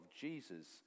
Jesus